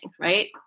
Right